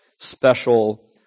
special